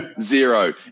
zero